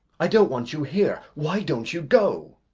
i don't want you here. why don't you go!